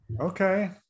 Okay